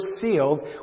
sealed